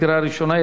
קריאה ראשונה.